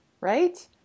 right